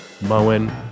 Moen